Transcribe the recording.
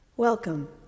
Welcome